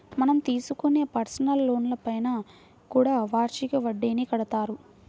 మనం తీసుకునే పర్సనల్ లోన్లపైన కూడా వార్షిక వడ్డీని కడతారు